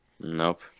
Nope